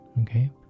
okay